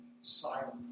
silent